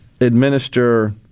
administer